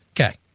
Okay